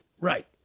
Right